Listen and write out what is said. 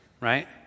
right